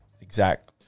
exact